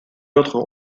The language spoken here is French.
l’autre